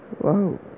wow